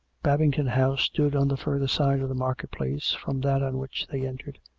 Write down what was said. babington house stood on the further side of the market place from that on which they entered,